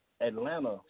Atlanta